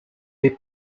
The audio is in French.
des